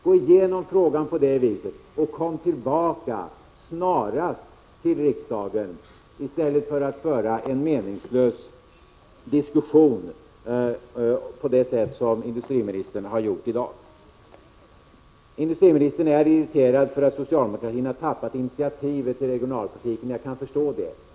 Gå igenom frågan på detta sätt och kom tillbaka snarast till riksdagen, i stället för att föra en meningslös diskussion på det sätt som industriministern har gjort i dag. Industriministern är irriterad över att socialdemokratin tappat'initiativet i regionalpolitiken. Det kan jag förstå.